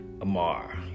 Amar